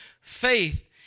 Faith